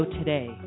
today